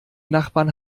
nachbarn